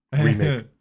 remake